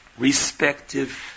respective